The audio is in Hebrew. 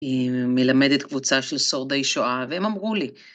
מלמדת קבוצה של שורדי שואה, והם אמרו לי.